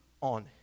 on